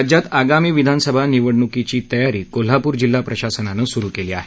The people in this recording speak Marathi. राज्यात आगामी विधानसभा निवडणूकीची तयारी कोल्हापूर जिल्हा प्रशासनानं सुरु केली आहे